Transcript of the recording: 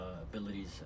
abilities